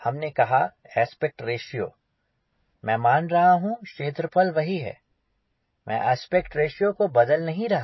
हमने कहा aspect ratio मैं मान रहा हूँ क्षेत्रफल वही है मैं आस्पेक्ट रेश्यो को बदल नहीं रहा